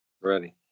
Ready